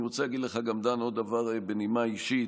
אני רוצה להגיד לך, דן, עוד דבר בנימה אישית: